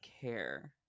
care